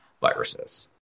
viruses